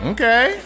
Okay